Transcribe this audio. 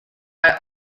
are